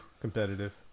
competitive